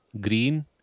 green